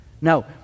now